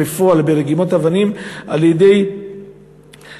בפועל ברגימות אבנים על-ידי בני-נוער,